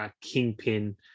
Kingpin